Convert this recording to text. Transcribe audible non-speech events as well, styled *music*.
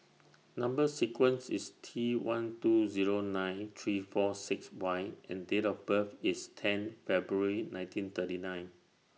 *noise* Number sequence IS T one two Zero nine three four six Y and Date of birth IS ten February nineteen thirty nine